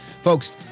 Folks